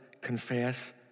confess